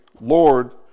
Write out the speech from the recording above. Lord